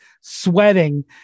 sweating